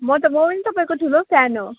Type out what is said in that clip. म त म पनि तपाईँको ठुलो फ्यान हो